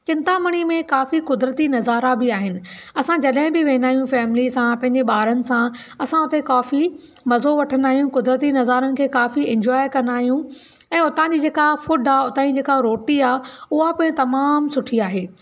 चिंतामणी मे काफ़ी क़ुदिरती नज़ारा बि आहिनि असां जॾहिं बि वेंदा आहियूं फैमिली सां पंहिंजे ॿारनि सां असां हुते काफ़ी मज़ो वठंदा आहियूं क़ुदिरती नज़ारनि खे काफ़ी एंजॉय कंदा आहियूं ऐं हुतां जी जेका फूड आहे हुतां जी जेका रोटी आहे उहा बि तमामु सुठी आहे